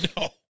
no